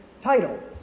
title